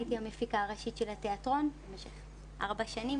הייתי המפיקה הראשית של התיאטרון במשך ארבע שנים,